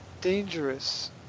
dangerous